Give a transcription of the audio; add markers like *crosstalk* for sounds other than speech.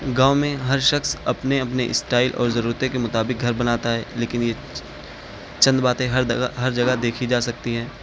گاؤں میں ہر شخص اپنے اپنے اسٹائل اور ضرورتیں کے مطابق گھر بناتا ہے لیکن یہ چند باتیں ہر *unintelligible* ہر جگہ دیکھی جا سکتی ہیں